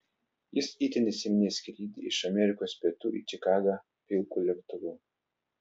jis itin įsiminė skrydį iš amerikos pietų į čikagą pilku lėktuvu